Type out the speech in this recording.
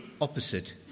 opposite